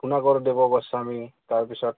পোনা গৌৰৱদেৱ গোস্বামী তাৰপিছত